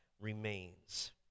Remains